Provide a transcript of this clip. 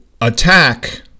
attack